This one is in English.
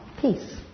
peace